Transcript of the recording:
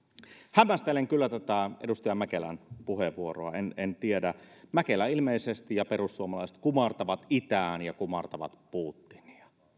hämmästelen kyllä tätä edustaja mäkelän puheenvuoroa en en tiedä mutta mäkelä ilmeisesti ja perussuomalaiset kumartavat itään ja kumartavat putinia